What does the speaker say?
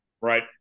Right